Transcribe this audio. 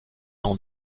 dans